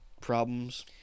problems